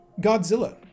Godzilla